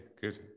good